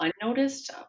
unnoticed